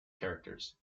characters